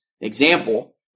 example